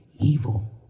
evil